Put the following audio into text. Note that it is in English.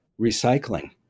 recycling